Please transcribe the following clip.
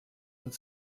und